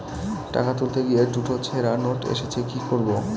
টাকা তুলতে গিয়ে দুটো ছেড়া নোট এসেছে কি করবো?